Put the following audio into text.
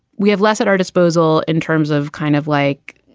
we have less at our disposal in terms of kind of like,